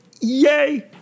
Yay